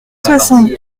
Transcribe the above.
soixante